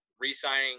re-signing